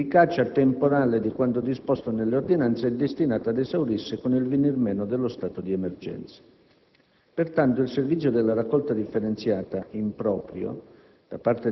e l'efficacia temporale di quanto disposto nelle ordinanze è destinata ad esaurirsi con il venir meno dello stato di emergenza. Pertanto, il servizio della raccolta differenziata in proprio,